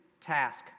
task